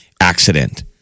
accident